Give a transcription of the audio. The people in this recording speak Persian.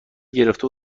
گرفته